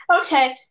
Okay